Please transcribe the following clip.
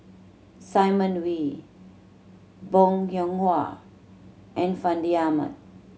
Simon Wee Bong Hiong Hwa and Fandi Ahmad